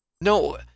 No